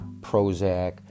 Prozac